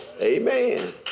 Amen